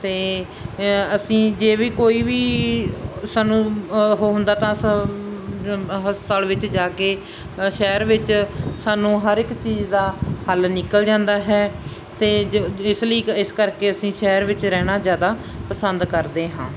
ਅਤੇ ਅਸੀਂ ਜੇ ਵੀ ਕੋਈ ਵੀ ਸਾਨੂੰ ਹੋਣ ਦਾ ਤਾਂ ਸ ਹਸਪਤਾਲ ਵਿੱਚ ਜਾ ਕੇ ਸ਼ਹਿਰ ਵਿੱਚ ਸਾਨੂੰ ਹਰ ਇੱਕ ਚੀਜ਼ ਦਾ ਹੱਲ ਨਿਕਲ ਜਾਂਦਾ ਹੈ ਅਤੇ ਇਸ ਲਈ ਇਸ ਕਰਕੇ ਅਸੀਂ ਸ਼ਹਿਰ ਵਿੱਚ ਰਹਿਣਾ ਜ਼ਿਆਦਾ ਪਸੰਦ ਕਰਦੇ ਹਾਂ